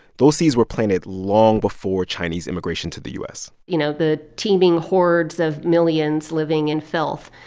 those seeds were planted long before chinese immigration to the u s you know, the teeming hordes of millions living in filth.